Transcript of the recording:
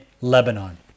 Lebanon